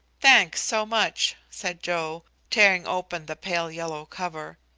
thanks, so much, said joe, tearing open the pale yellow cover.